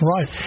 Right